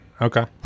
Okay